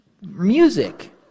music